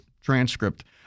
transcript